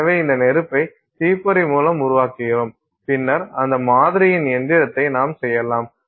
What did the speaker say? எனவே இந்த நெருப்பை தீப்பொறி மூலம் உருவாக்குகிரோம் பின்னர் அந்த மாதிரியின் எந்திரத்தை நாம் செய்யலாம்